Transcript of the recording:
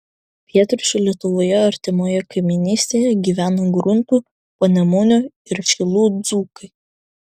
pietryčių lietuvoje artimoje kaimynystėje gyvena gruntų panemunių ir šilų dzūkai